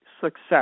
success